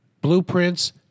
Blueprints